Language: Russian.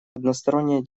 односторонние